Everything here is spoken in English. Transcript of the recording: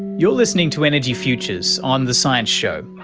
you're listening to energy futures on the science show,